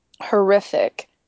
horrific